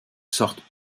sortent